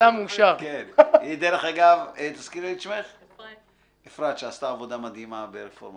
זה חיוך של איש מס הכנסה.